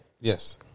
Yes